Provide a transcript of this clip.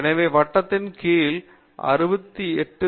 எனவே வட்டத்தின் கீழ் பகுதியில் 68